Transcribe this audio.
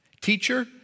Teacher